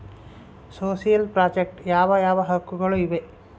Social project ಯಾವ ಯಾವ ಹಕ್ಕುಗಳು ಇವೆ?